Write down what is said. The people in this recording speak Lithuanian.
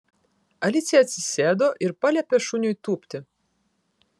alicija atsisėdo ir paliepė šuniui tūpti